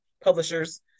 publisher's